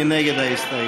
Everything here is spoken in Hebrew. מי נגד ההסתייגות?